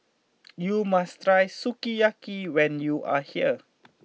you must try Sukiyaki when you are here